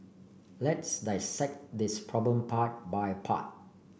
let's dissect this problem part by part